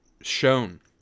shown